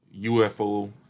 UFO